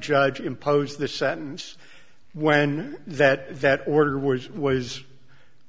judge impose the sentence when that that order was was